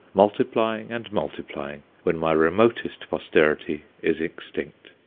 multiplying and multiplying when my remotest posterity is extinct.